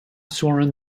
sworn